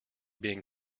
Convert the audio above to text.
being